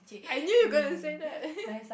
I knew you were gonna say that